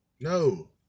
no